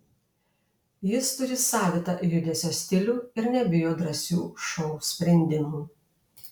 jis turi savitą judesio stilių ir nebijo drąsių šou sprendimų